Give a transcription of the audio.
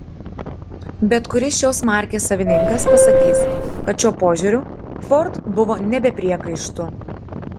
bet kuris šios markės savininkas pasakys kad šiuo požiūriu ford buvo ne be priekaištų